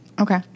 Okay